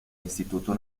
instituto